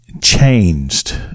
changed